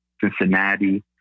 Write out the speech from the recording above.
Cincinnati